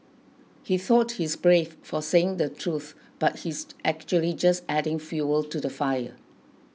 he thought he's brave for saying the truth but he's actually just adding fuel to the fire